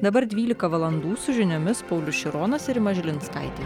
dabar dvylika valandų su žiniomis paulius šironas ir rima žilinskaitė